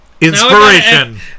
Inspiration